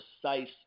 precise